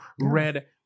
red